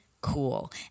cool